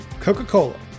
Coca-Cola